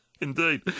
indeed